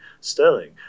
Sterling